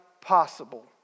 possible